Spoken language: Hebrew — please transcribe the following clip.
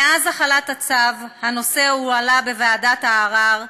מאז החלת הצו, הנושא הועלה בוועדת הערר.